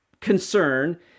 concern